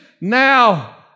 now